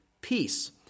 peace